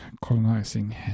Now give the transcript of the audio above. colonizing